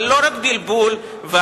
אבל לא רק בלבול וכישלון.